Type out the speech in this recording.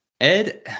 Ed